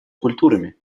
культурами